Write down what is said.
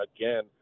again